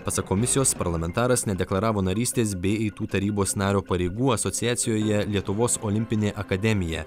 pasak komisijos parlamentaras nedeklaravo narystės bei eitų tarybos nario pareigų asociacijoje lietuvos olimpinė akademija